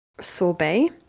Sorbet